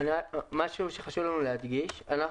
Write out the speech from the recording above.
יש